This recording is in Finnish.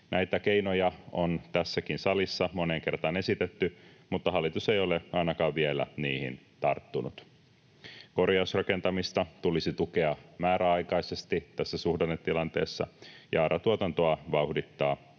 Näitä keinoja on tässäkin salissa moneen kertaan esitetty, mutta hallitus ei ole ainakaan vielä niihin tarttunut. Korjausrakentamista tulisi tukea määräaikaisesti tässä suhdannetilanteessa ja ARA-tuotantoa vauhdittaa